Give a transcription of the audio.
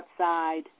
outside